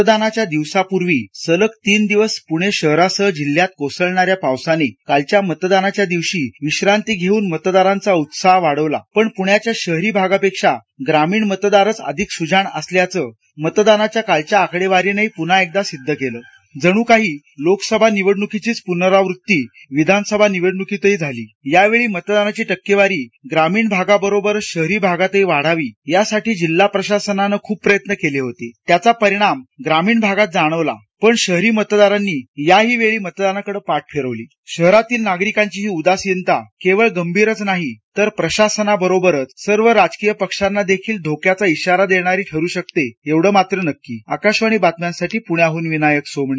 मतदानाच्या दिवसापूर्वी तीन दिवस पुणे शहरासह जिल्ह्यात कोसळणाऱ्या पावसाने कालच्या मतदानाच्या दिवशी विश्रांती घेऊन मतदारांचा उत्साह वाढवला पण पुण्याच्या शहरी भागापेक्षा ग्रामीण मतदारच अधिक सुजाण असल्याचं मतदानाच्या काळच्या आकडेवारीने पुन्हा एकदा सिद्ध केलं जणुकाही लोकसभा निवडणुकीची पुनरावुत्ती विधानसभा निवडणुकीतही झाली यावेळी मतदानाची टक्केवारी ग्रामीण भागाबरोबरच शहरी भागातही वाढावी यासाठी जिल्हा प्रशासनाने खुप प्रयत्न केले होते त्याचा परिणाम ग्रामीण भागात जाणवला पण शहरी मतदारांनी याहीवेळी मतदानाकडे पाठ फिरवली शहरातील नागरिकांची ही ही उदासीनता केवळ गंभीरच नाही तर प्रशासनाबरोबरच सर्व राजकीय पक्षांना देखील धोक्याचा इशारा देणारी ठरू शकते एवढे मात्र नक्की आकाशवाणी बातम्यांसाठी पुण्याहून विनायक सोमणी